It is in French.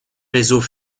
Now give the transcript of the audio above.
réseaux